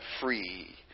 free